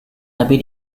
tapi